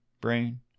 brain